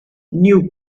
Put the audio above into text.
new